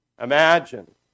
Imagine